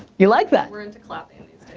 you like that? we're into clapping and